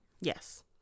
Yes